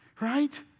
right